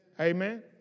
Amen